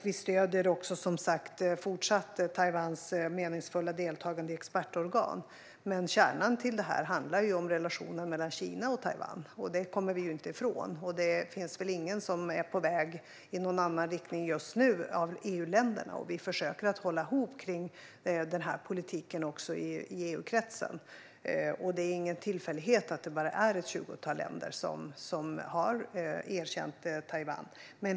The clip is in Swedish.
Vi stöder som sagt även i fortsättningen Taiwans meningsfulla deltagande i expertorgan. Men kärnan handlar om relationen mellan Kina och Taiwan; det kommer vi inte ifrån. Det finns väl inget av EU-länderna som är på väg i någon annan riktning just nu, och vi försöker att hålla ihop om denna politik i EU-kretsen. Det är ingen tillfällighet att det bara är ett tjugotal länder som har erkänt Taiwan.